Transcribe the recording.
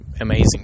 amazing